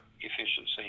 efficiency